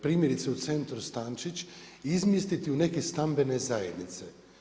Primjerice u Centru Stančić izmjestiti u neke stambene zajednice.